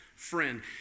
Friend